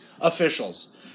officials